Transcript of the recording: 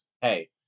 hey